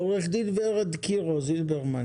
עורכת הדין ורד קירו זילברמן,